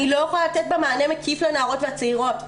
לא יכולה לתת בה מענה מקיף לנערות ולצעירות,